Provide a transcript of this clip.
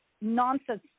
nonsense